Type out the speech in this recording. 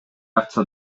акча